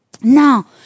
Now